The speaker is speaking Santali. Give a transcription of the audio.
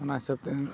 ᱚᱱᱟ ᱦᱤᱥᱟᱹᱵᱽᱛᱮ